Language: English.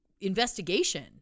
investigation